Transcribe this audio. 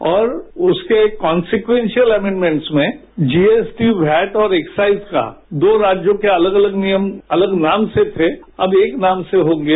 और उसके constitutional amendments में जीएसटी वैट और एक्साईस का दो राष्यों के अलग अलग नियम अलग अलग नाम से थे अब एक नाम से होंगे